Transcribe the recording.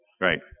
right